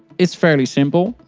it's fairly simple.